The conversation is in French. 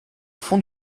fond